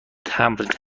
تمبر